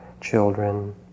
children